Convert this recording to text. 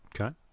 Okay